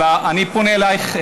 אלא אני פונה אלייך,